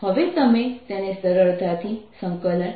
હવે તમે તેને સરળતાથી E